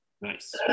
Nice